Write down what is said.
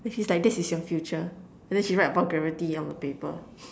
then she's like this is your future and then she write a vulgarity on the paper